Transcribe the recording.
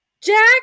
Jack